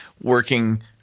working